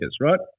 right